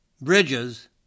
bridges